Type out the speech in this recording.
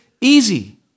easy